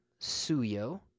Suyo